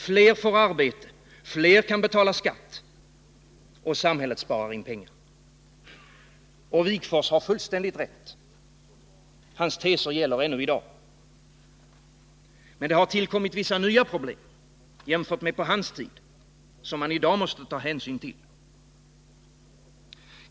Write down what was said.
Fler får arbete, fler kan betala skatt. Och samhället sparar in pengar. Och Wigforss hade . fullständigt rätt, hans teser gäller ännu i dag. Men det har tillkommit vissa nya problem, jämfört med på hans tid, som man i dag måste ta hänsyn till.